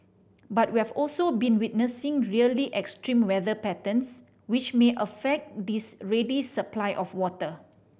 but we've also been witnessing really extreme weather patterns which may affect this ready supply of water